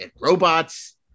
robots